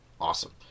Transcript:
Awesome